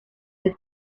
his